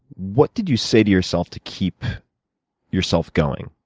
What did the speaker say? what did you say to yourself to keep yourself going?